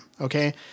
okay